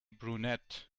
brunette